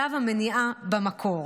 שלב המניעה במקור.